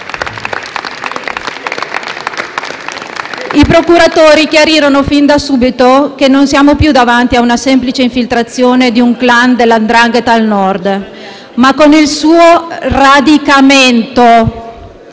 I procuratori chiarirono fin da subito che non eravamo più davanti alla semplice infiltrazione di un clan della 'ndrangheta al Nord, ma al suo radicamento,